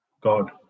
God